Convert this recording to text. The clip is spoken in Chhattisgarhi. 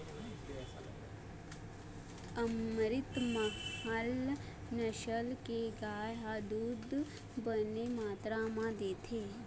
अमरितमहल नसल के गाय ह दूद बने मातरा म देथे